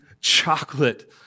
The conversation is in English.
chocolate